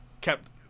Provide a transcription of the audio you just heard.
kept